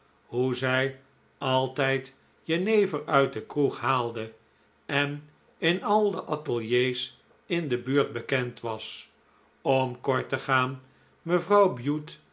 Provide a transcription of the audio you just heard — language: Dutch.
hoe zij altijd jenever uit de kroeg haalde en in al de ateliers in de buurt bekend was om kort te gaan mevrouw bute